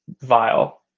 vile